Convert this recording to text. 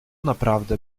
naprawdę